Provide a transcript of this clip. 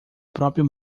próprio